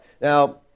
Now